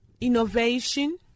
innovation